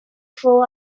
fou